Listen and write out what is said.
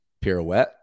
pirouette